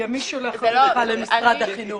גם היא שולחת אותך למשרד החינוך.